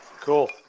Cool